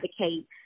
advocate